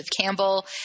Campbell